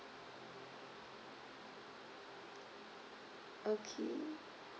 okay